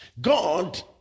God